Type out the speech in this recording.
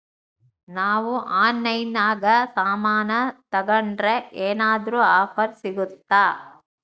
ನಾವು ಆನ್ಲೈನಿನಾಗ ಸಾಮಾನು ತಗಂಡ್ರ ಏನಾದ್ರೂ ಆಫರ್ ಸಿಗುತ್ತಾ?